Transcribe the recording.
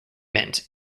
meant